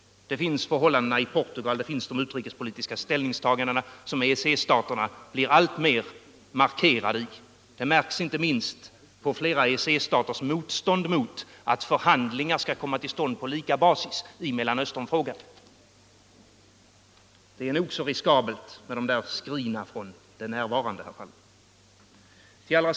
Det finns förhållandena i Portugal, det finns de utrikespolitiska ställningstagandena som EEC-staterna blir alltmer markerade i. Det märks inte minst på flera EEC-staters motstånd mot att förhandlingar skall komma till stånd på lika basis i Mellanösternfrågan. Det är nog så riskabelt med de skrina från det närvarande, herr Palm.